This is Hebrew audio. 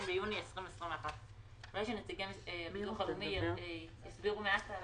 ביוני 2021).". כדאי שנציגי הביטוח הלאומי יסבירו מעט על